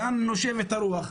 לאן נושבת הרוח,